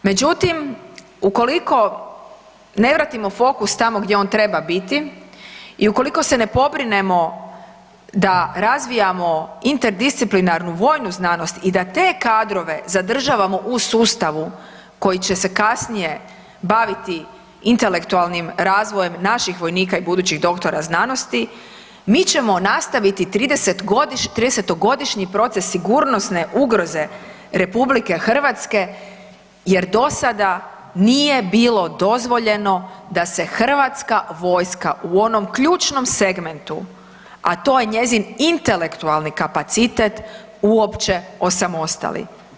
Međutim, ukoliko ne vratimo fokus tamo gdje on treba biti i ukoliko se ne pobrinemo da razvijamo interdisciplinarnu vojnu znanost i da te kadrove zadržavamo u sustavu koji će se kasnije baviti intelektualnim razvojem naših vojnika i budućih doktora znanosti, mi ćemo nastaviti 30-godišnji proces sigurnosne ugroze RH jer do sada nije bilo dozvoljeno da se HV u onom ključnom segmentu, a to je njezin intelektualni kapacitet uopće osamostali.